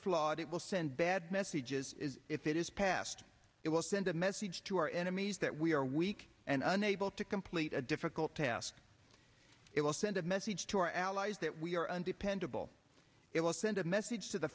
flawed it will send bad messages if it is passed it will send a message to our enemies we are weak and unable to complete a difficult task it will send a message to our allies that we are undependable it will send a message to the